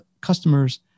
customers